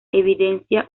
evidencia